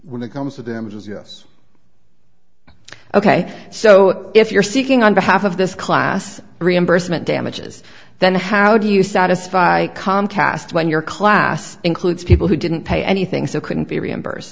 when it comes to them as yes ok so if you're seeking on behalf of this class reimbursement damages then how do you satisfy comcast when your class includes people who didn't pay anything so couldn't be reimbursed